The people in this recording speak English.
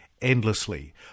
endlessly